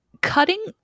Cutting